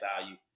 value